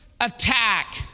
attack